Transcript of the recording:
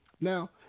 Now